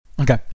Okay